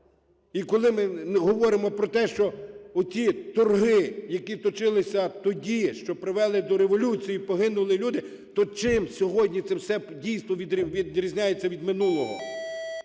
І коли ми говоримо про те, що, оті торги, які точилися тоді, що привели до революції і загинули люди, то чим сьогодні це все, дійсно, відрізняється від минулого?